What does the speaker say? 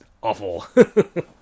awful